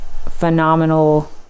phenomenal